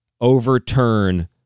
overturn